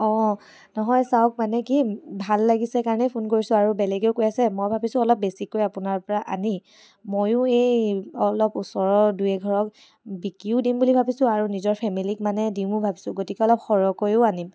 অ' নহয় চাওক মানে কি ভাল লাগিছে কাৰণেই ফোন কৰিছো আৰু বেলেগেও কৈ আছে আৰু মই ভাবিছো অলপ বেছিকৈ আপোনাৰ পৰা আনি মইও এই অলপ ওচৰৰ দুই এঘৰক বিকিও দিম বুলি ভাবিছো আৰু নিজৰ ফেমিলিক মানে দিমো ভাবিছো গতিকে অলপ সৰহকৈও আনিম